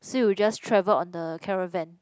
so you just travel on the caravan